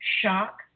shock